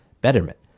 Betterment